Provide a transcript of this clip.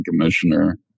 commissioner